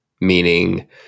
meaning